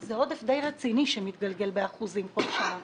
זה עודף די רציני באחוזים שמתגלגל כל שנה.